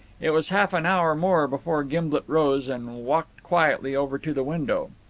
it was half an hour more before gimblet rose, and walked quietly over to the window.